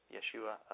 Yeshua